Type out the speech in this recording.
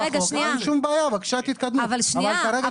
רגע שנייה -- אם יגידו שיש הסכמה על הנוסח של החוק,